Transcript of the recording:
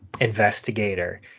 investigator